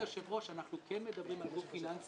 כבוד היושב-ראש, אנחנו כן מדברים על גוף פיננסי